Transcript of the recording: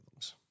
algorithms